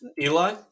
Eli